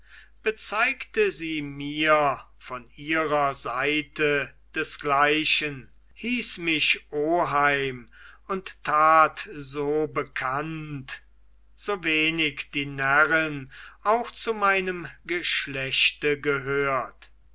bezeigte sie mir von ihrer seite desgleichen hieß mich oheim und tat so bekannt so wenig die närrin auch zu meinem geschlechte gehört